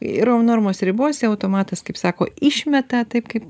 yra normos ribose automatas kaip sako išmeta taip kaip